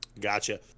Gotcha